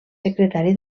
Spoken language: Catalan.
secretari